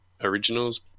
originals